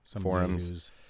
forums